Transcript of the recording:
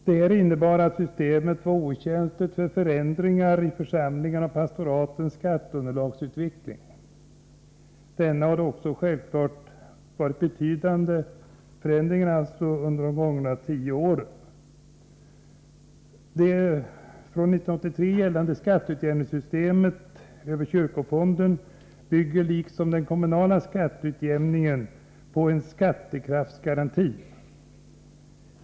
Det innebar att systemet var okänsligt för förändringar i församlingarnas och pastoratens skatteunderlagsutveckling, som självklart varit betydande under de gångna tio åren. Det från 1983 gällande skatteutjämningssystemet över kyrkofonden bygger liksom den kommunala skatteutjämningen på en skattekraftsgaranti.